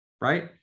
right